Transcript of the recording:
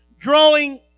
Drawing